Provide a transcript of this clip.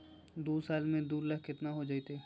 दू साल में दू लाख केतना हो जयते?